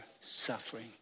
suffering